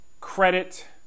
credit